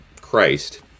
Christ